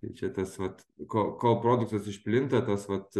ir čia tas vat ko kol produktas išplinta tas vat